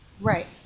Right